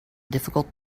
difficult